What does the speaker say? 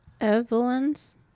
Evelyn's